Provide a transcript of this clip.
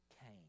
Cain